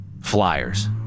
flyers